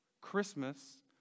Christmas